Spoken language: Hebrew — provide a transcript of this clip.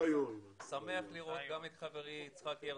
אני שמח לראות כאן את חברי יצחק הרצוג,